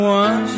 one